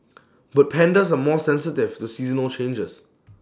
but pandas are more sensitive to seasonal changes